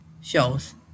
shows